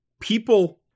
people